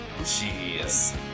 Jeez